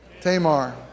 Tamar